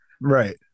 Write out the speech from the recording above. Right